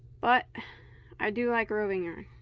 but i do like roving yarn